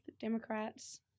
Democrats